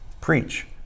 Preach